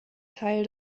teil